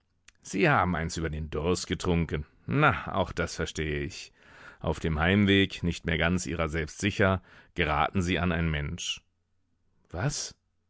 sie haben eins über den durst getrunken na auch das verstehe ich auf dem heimweg nicht mehr ganz ihrer selbst sicher geraten sie an ein mensch was